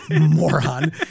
Moron